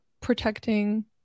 protecting